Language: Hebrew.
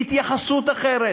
להתייחסות אחרת,